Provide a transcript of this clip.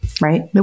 right